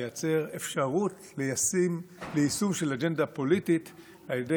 לייצר אפשרות ליישום של אג'נדה פוליטית על ידי